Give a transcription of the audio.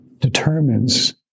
determines